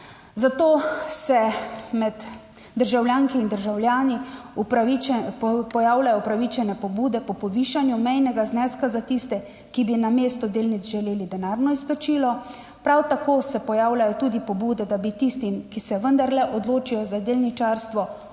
Zato se med državljanke in državljani pojavljajo upravičene pobude po povišanju mejnega zneska za tiste, ki bi namesto delnic želeli denarno izplačilo. Pav tako se pojavljajo tudi pobude, da bi tistim, ki se vendarle odločijo za delničarstvo,